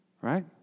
right